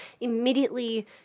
immediately